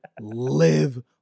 live